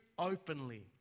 openly